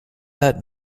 that